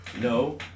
No